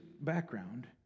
background